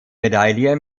medaille